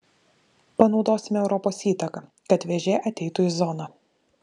panaudosime europos įtaką kad vėžė ateitų į zoną